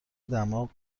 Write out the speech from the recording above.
دماغ